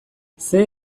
zein